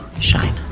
shine